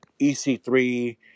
EC3